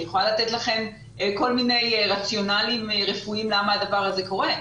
אני יכולה לתת לכם כל מיני רציונליים רפואיים למה הדבר הזה קורה.